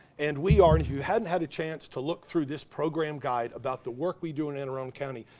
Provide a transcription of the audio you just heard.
and we are, if you haven't had a chance to look through this program guide about the work we do in anne arundel um county,